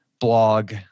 blog